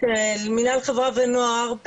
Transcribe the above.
מילה על חברה ונוער,